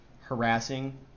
harassing